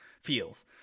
Feels